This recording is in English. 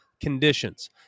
conditions